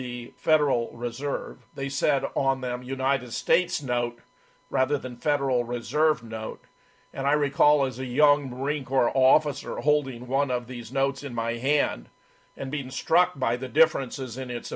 the federal reserve they said on them united states note rather than federal reserve note and i recall as a young marine corps officer holding one of these notes in my hand and being struck by the differences in its